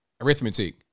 arithmetic